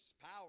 power